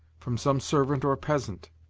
from some servant or peasant.